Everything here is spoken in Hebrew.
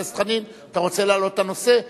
אתה רוצה להעלות את הנושא?